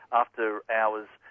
after-hours